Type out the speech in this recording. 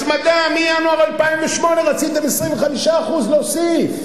הצמדה, מינואר 2008 רציתם 25% להוסיף.